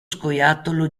scoiattolo